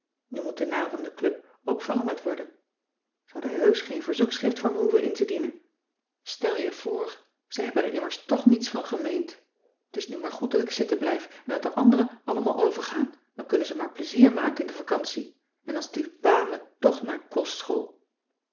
nu moet de naam van de club ook veranderd worden ze hadden heusch geen verzoekcissy van marxveldt de h b s tijd van joop ter heul schrift voor me hoeven in te dienen stel je voor ze hebben er immers toch niets van gemeend t is nu maar goed dat ik zitten blijf en dat de anderen allemaal overgaan dan kunnen ze maar plezier maken in de vacantie en dan stuurt pa me tch naar kostschool